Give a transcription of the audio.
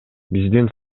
биздин